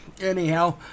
anyhow